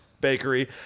Bakery